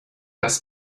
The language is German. dass